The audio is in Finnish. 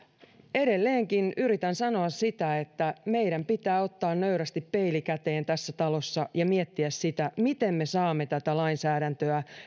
edelleenkin yritän sanoa sitä että meidän pitää ottaa nöyrästi peili käteen tässä talossa ja miettiä miten me saamme tätä lainsäädäntöä